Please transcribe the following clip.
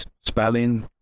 Spelling